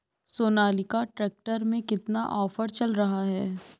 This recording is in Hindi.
सोनालिका ट्रैक्टर में कितना ऑफर चल रहा है?